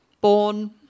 born